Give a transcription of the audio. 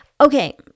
Okay